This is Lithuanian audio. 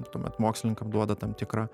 tuomet mokslininkam duoda tam tikrą